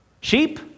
Sheep